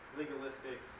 legalistic